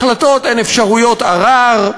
החלטות, אין אפשרויות ערר.